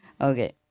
Okay